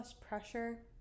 pressure